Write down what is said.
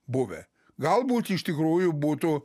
buvę galbūt iš tikrųjų būtų